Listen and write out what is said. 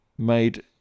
made